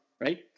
right